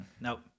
nope